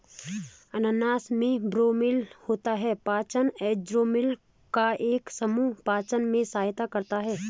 अनानास में ब्रोमेलैन होता है, पाचन एंजाइमों का एक समूह पाचन में सहायता करता है